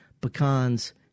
pecans